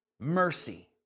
Mercy